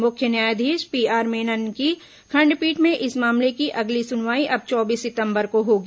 मुख्य न्यायाधीश P R Menon खंडपीठ में इस मामले की अगली सुनवाई अब चौबीस सितंबर को होगी